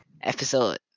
episode